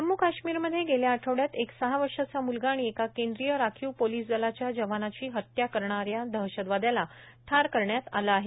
जम्मू काश्मीरमधे गेल्या आठवड्यात एक सहा वर्षाचा मुलगा आणि एका केंद्रीय राखीव पोलिस दलाच्या जवानाची हत्या करणाऱ्या दहशतवाद्याला ठार करण्यात आलं आहे